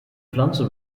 pflanze